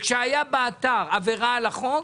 כשהייתה באתר עבירה על החוק,